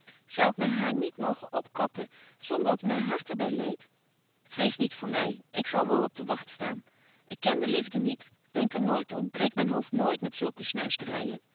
zou ik myn hair niet mogen opkappen zonder dat myn hart er by leedt vrees niet voor my ik zal wel op de wagt staan ik ken de liefde niet denk er nooit om breek myn hoofd nooit met zulke snuisteryen